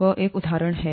वह एक उदाहरण था